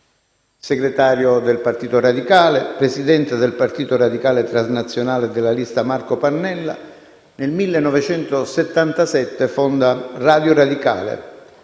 Segretario del Partito radicale, Presidente del Partito radicale transnazionale e della lista Marco Pannella, nel 1977 fonda Radio Radicale,